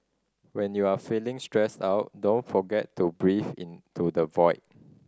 when you are feeling stressed out don't forget to breathe into the void